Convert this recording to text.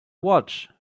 watch